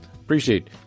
appreciate